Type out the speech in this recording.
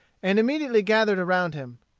and immediately gathered around him.